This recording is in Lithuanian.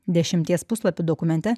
dešimties puslapių dokumente